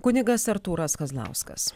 kunigas artūras kazlauskas